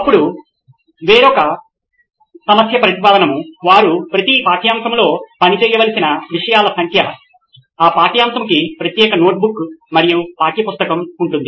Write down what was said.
అప్పుడు మరొక సమస్య ప్రతిపాదనము వారు ప్రతి పాఠ్యాంశములో పనిచేయవలసిన విషయాల సంఖ్య ఆ పాఠ్యాంశముకి ప్రత్యేక నోట్బుక్ మరియు పాఠ్య పుస్తకం ఉంటుంది